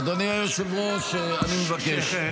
אדוני היושב-ראש, אני מבקש.